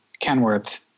Kenworth